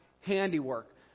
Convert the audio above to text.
handiwork